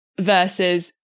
versus